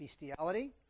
bestiality